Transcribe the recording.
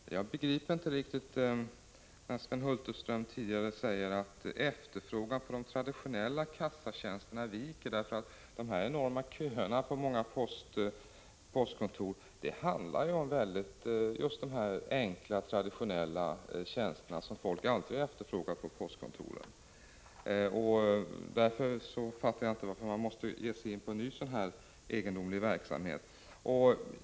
Herr talman! Jag begriper inte riktigt det Sven Hulterström sade tidigare i svaret om att ”efterfrågan på de traditionella kassatjänsterna viker”. De enorma köerna på många postkontor gäller ju de enkla, traditionella tjänster som folk alltid efterfrågar på postkontoren. Därför fattar jag inte varför posten måste ge sig in på ny, egendomlig verksamhet. Prot.